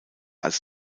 als